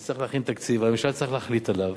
נצטרך להכין תקציב והממשלה תצטרך להחליט עליו